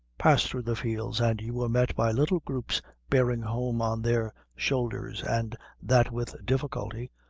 pass through the fields, and you were met by little groups bearing home on their shoulders, and that with difficulty,